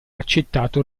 accettato